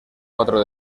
cuatro